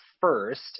first